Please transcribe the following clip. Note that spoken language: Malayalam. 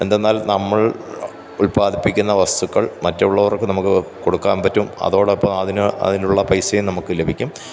എന്തെന്നാല് നമ്മള് ഉല്പ്പാദിപ്പിക്കുന്ന വസ്തുക്കള് മറ്റുള്ളവര്ക്ക് നമുക്ക് കൊടുക്കാൻ പറ്റും അതോടൊപ്പം അതിന് അതിനുള്ള പൈസയും നമുക്ക് ലഭിക്കും